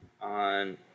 on